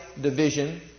division